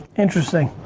interesting.